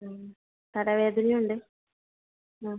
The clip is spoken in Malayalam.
ആ തലവേദനയും ഉണ്ട് ആ